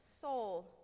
soul